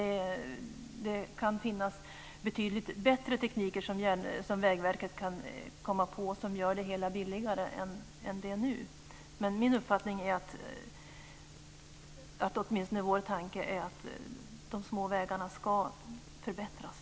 Vägverket kan komma på betydligt bättre tekniker som gör det hela billigare än det är nu. Vår tanke är att de små vägarna ska förbättras.